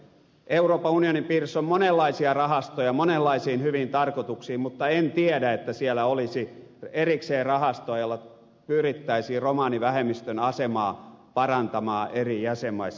euroopan unionin piirissä on monenlaisia rahastoja monenlaisiin hyviin tarkoituksiin mutta en tiedä että siellä olisi erikseen rahastoa jolla pyrittäisiin romanivähemmistön asemaa parantamaan eri jäsenmaissa